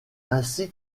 ainsi